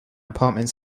apartment